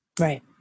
Right